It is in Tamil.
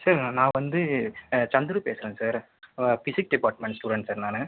சார் நான் வந்து சந்துரு பேசுகிறேன் sir physics department student sir நான்